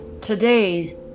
today